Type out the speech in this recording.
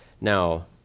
Now